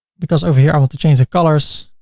because over here, i want to change the colors,